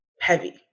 heavy